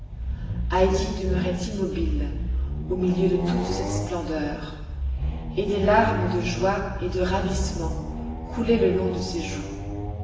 heidi demeurait immobile au milieu de toute cette splendeur et des larmes de joie et de ravissement coulaient le long de ses joues